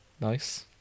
Nice